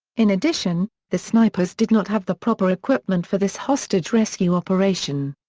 in addition, the snipers did not have the proper equipment for this hostage rescue operation.